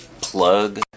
plug